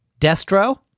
destro